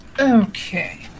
Okay